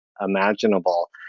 imaginable